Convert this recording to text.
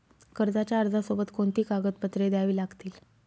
कर्जाच्या अर्जासोबत कोणती कागदपत्रे द्यावी लागतील?